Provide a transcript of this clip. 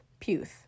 Puth